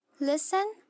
Listen